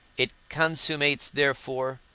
it consummates therefore,